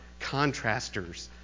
contrasters